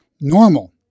normal